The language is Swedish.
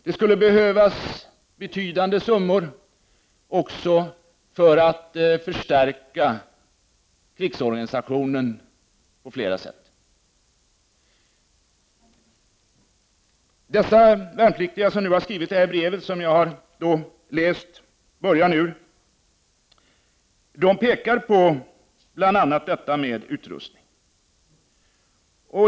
Det skulle behövas ytterligare betydande summor också för att förstärka krigsorganisationen på flera sätt. De värnpliktiga som nu har skrivit brevet som jag har läst början ur pekar på bl.a. detta med utrustning.